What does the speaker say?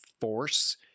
force